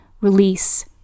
release